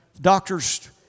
doctors